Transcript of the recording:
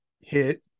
hit